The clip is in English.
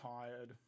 tired